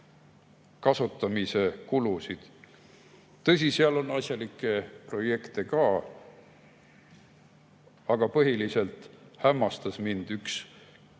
kasutamist. Tõsi, seal on asjalikke projekte ka. Aga põhiliselt hämmastas mind üks ligi